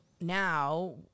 now